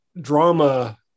drama